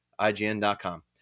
ign.com